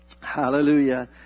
hallelujah